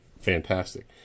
fantastic